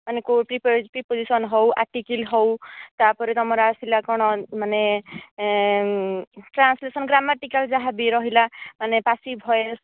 ମାନେ କେଉଁ ପ୍ରିପୋଜିସନ ହେଉ ଆର୍ଟିକିଲ ହେଉ ତାପରେ ତମର ଆସିଲା କ'ଣ ମାନେ ଟ୍ରାନ୍ସଲେସନ ଗ୍ରାମାଟିକାଲ ଯାହା ବି ରହିଲା ମାନେ ପାଶୀଭ ଭଏସ